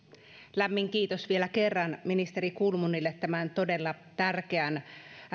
lämmin kiitos vielä kerran ministeri kulmunille tämän todella tärkeän